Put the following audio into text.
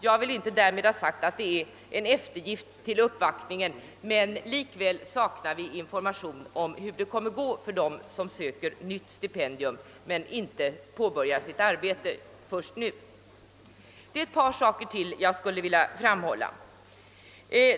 Jag vill inte därmed ha sagt att det är fråga om en eftergift med anledning av uppvaktningen, men likväl saknar vi information om hur det kommer att gå för dem som söker nytt stipendium men har påbörjat sitt forskningsarbete redan tidigare. Ytterligare ett par saker skulle jag vilja framhålla.